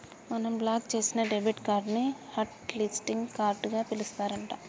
మనం బ్లాక్ చేసిన debit card ని హట్ లిస్టింగ్ కార్డుగా పిలుస్తారు అంట